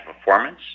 performance